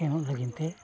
ᱥᱮᱱᱚᱜ ᱞᱟᱹᱜᱤᱫ ᱛᱮ